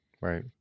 right